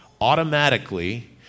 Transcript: automatically